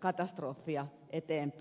katastrofia eteenpäin